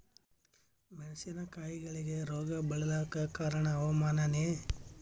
ಮೆಣಸಿನ ಕಾಯಿಗಳಿಗಿ ರೋಗ ಬಿಳಲಾಕ ಕಾರಣ ಹವಾಮಾನನೇ?